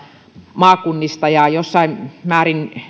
maakunnista jossain määrin